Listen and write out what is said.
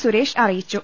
സുരേഷ് അറിയിച്ചു